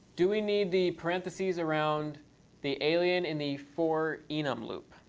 do we need the parentheses around the alien in the for enum loop?